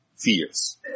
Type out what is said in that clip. fears